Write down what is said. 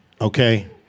okay